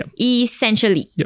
Essentially